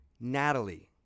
Natalie